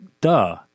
duh